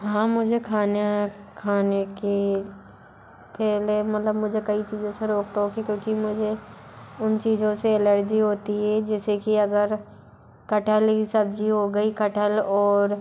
हाँ मुझे खाना खाने के पहले मतलब मुझे कई चीज़ों से रोक टोक थी क्योंकि मुझे उन चीज़ों से एलर्जी होती है जैसे कि अगर कटहल की सब्ज़ी हो गई कटहल और